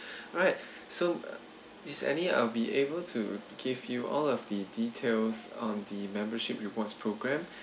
alright so uh is any I'll be able to give you all of the details on the membership rewards programme